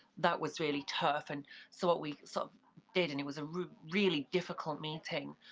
that was really tough, and so what we sort of did, and it was ah really difficult meeting,